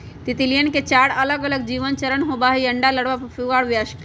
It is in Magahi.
तितलियवन के चार अलगअलग जीवन चरण होबा हई अंडा, लार्वा, प्यूपा और वयस्क